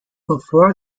before